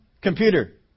computer